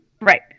Right